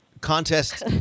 contest